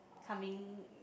coming